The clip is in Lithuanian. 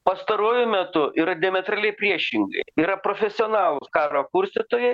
pastaruoju metu yra diametraliai priešingai yra profesionalūs karo kurstytojai